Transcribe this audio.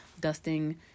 dusting